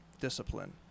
discipline